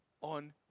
on